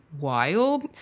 wild